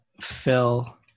Phil